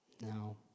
No